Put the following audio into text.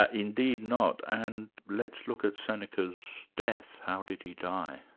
ah indeed not. and let's look at seneca's death how did he die?